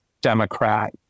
Democrat